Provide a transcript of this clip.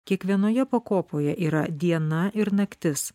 kiekvienoje pakopoje yra diena ir naktis